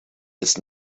its